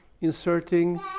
inserting